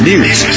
News